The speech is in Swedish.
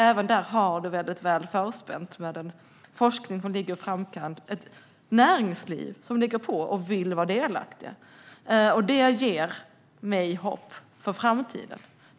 Även här har vi det väl förspänt med en forskning som ligger i framkant och ett näringsliv som ligger på och vill vara delaktigt. Det ger mig hopp för framtiden.